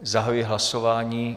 Zahajuji hlasování.